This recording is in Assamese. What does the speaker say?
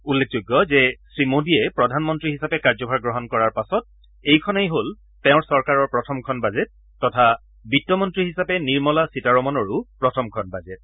উল্লেখযোগ্য যে শ্ৰীমোদীয়ে প্ৰধানমন্ত্ৰী হিচাপে কাৰ্যভাৰ গ্ৰহণ কৰাৰ পাছত এইখনেই হল তেওঁৰ চৰকাৰৰ প্ৰথমখন বাজেট তথা বিত্তমন্ত্ৰী হিচাপে নিৰ্মলা সীতাৰমণৰো প্ৰথমখন বাজেট